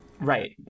Right